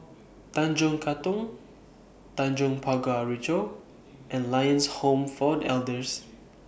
Tanjong Katong Tanjong Pagar Ricoh and Lions Home For The Elders